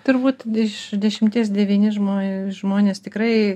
turbūt iš dešimties devyni žmonės žmonės tikrai